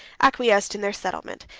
acquiesced in their settlement,